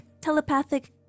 telepathic